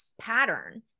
pattern